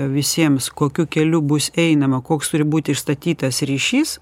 visiems kokiu keliu bus einama koks turi būt išstatytas ryšys